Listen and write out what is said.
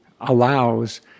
allows